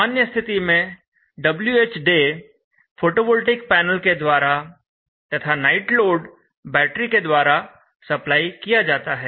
सामान्य स्थिति में Whday फोटोवोल्टेइक पैनल के द्वारा तथा नाइट लोड बैटरी के द्वारा सप्लाई किया जाता है